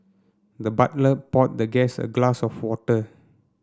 the butler poured the guest a glass of water